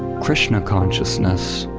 krishna consciousness,